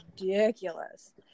ridiculous